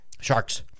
Sharks